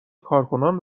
کارکنان